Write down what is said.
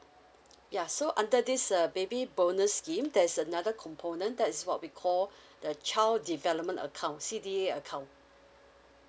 ya so under this uh baby bonus scheme there's another component that is what we called the child development account C_D_A account